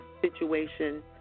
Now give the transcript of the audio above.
situation